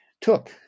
took